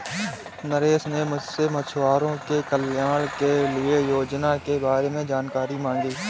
नरेश ने मुझसे मछुआरों के कल्याण के लिए योजना के बारे में जानकारी मांगी